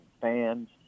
fans